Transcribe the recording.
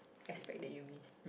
aspect that you miss